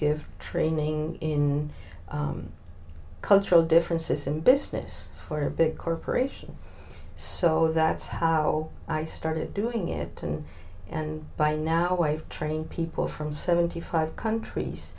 give training in cultural differences in business for big corporations so that's how i started doing it and and by now i train people from seventy five countries